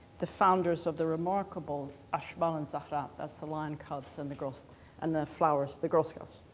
the founders of the remarkable ashbal and zahrat. that's the lion cubs and the girls and the flowers, the girl scouts.